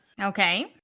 Okay